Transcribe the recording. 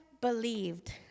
believed